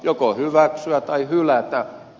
joko hyväksyä tai hylätä